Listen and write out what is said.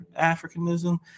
Africanism